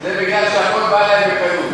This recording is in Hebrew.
זה בגלל שהכול בא להם בקלות,